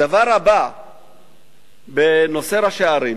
הדבר הבא בנושא ראשי הערים,